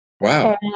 Wow